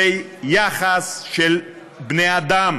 זה יחס של בני-אדם,